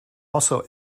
also